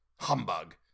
Humbug